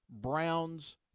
Browns